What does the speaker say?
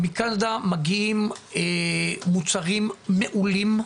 מקנדה מגיעים מוצרים מעולים,